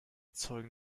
zeugen